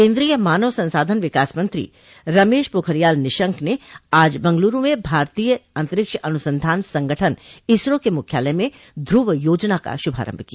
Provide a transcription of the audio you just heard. केन्द्रीय मानव संसाधन विकास मंत्री रमेश पोखरियाल निशंक ने आज बंगलूरू में भारतीय अंतरिक्ष अनुसंधान संगठन इसरो के मुख्यालय में ध्रुव योजना का शुभारंभ किया